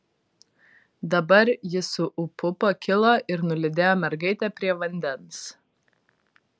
dabar jis su ūpu pakilo ir nulydėjo mergaitę prie vandens